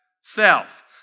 self